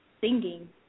singing